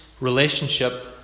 relationship